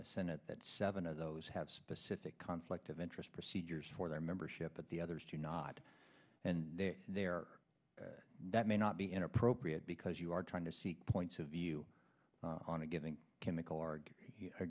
the senate that seven of those have specific conflict of interest procedures for their membership but the others do not and they are there that may not be inappropriate because you are trying to seek points of view on a given chemical